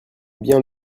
bien